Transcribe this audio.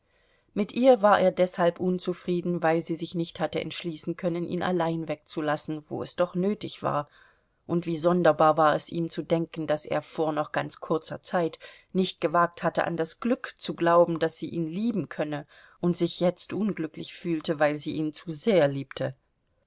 mit ihr war er deshalb unzufrieden weil sie sich nicht hatte entschließen können ihn allein wegzulassen wo es doch nötig war und wie sonderbar war es ihm zu denken daß er vor noch ganz kurzer zeit nicht gewagt hatte an das glück zu glauben daß sie ihn lieben könne und sich jetzt unglücklich fühlte weil sie ihn zu sehr liebte